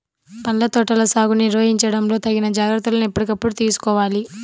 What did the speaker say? పండ్ల తోటల సాగుని నిర్వహించడంలో తగిన జాగ్రత్తలను ఎప్పటికప్పుడు తీసుకోవాలి